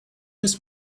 this